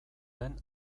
den